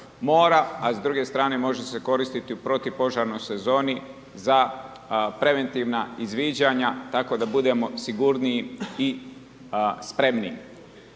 a s druge strane može se koristiti u protupožarnoj sezoni za preventivna izviđanja, tako da budemo sigurniji i spremniji.